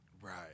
Right